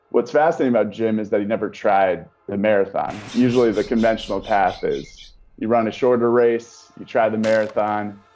what's fascinating, jim, is that he never tried the marathon. usually the conventional path is you run a shorter race. you try the marathon,